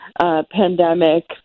pandemic